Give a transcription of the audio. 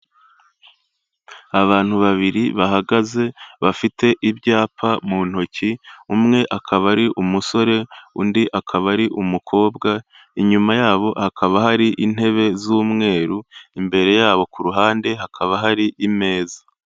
Abantu babiri bahagaze bafite ibyapa mu ntoki, umwe akaba ari umusore, undi akaba ari umukobwa, inyuma yabo hakaba hari intebe z'umweru, imbere yabo ku ruhande hakaba hari imeza.